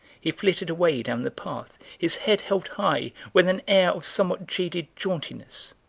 he flitted away down the path, his head held high, with an air of somewhat jaded jauntiness.